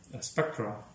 spectra